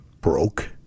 broke